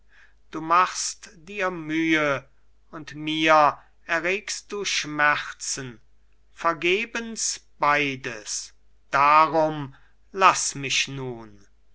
du machst dir müh und mir erregst du schmerzen vergebens beides darum laß mich nun